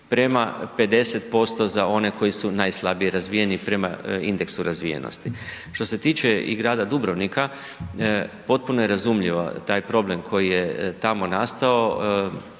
prema 50% za one koji su najslabije razvijeni prema indeksu razvijenosti. Što se tiče i grada Dubrovnika, potpuno je razumljiv taj problem koji je tamo nastao,